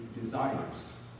desires